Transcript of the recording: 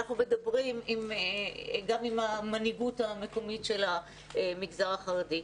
אנחנו מדברים גם עם המנהיגות המקומית של המגזר החרדי,